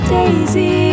daisy